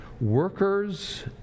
Workers